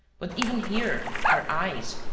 but even here, her eyes,